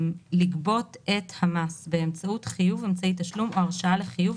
לגבות את המס באמצעות חיוב אמצעי תשלום או הרשאה לחיוב,